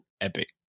epic